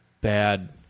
bad